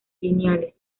lineales